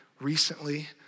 recently